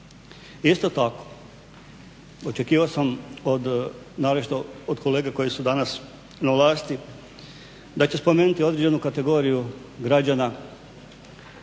Isto tako, očekivao sam naročito od kolega koji su danas na vlasti da će spomenuti određenu kategoriju građana